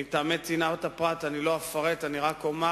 מטעמי צנעת הפרט לא אפרט, רק אומר